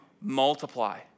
multiply